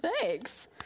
Thanks